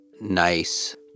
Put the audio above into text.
nice